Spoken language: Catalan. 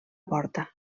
porta